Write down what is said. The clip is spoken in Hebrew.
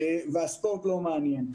והספורט לא מעניין.